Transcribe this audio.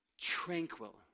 tranquil